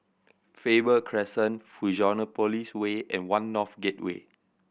Faber Crescent Fusionopolis Way and One North Gateway